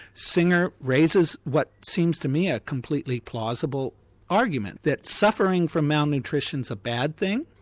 singer raises what seems to me a completely plausible argument, that suffering from malnutrition is a bad thing,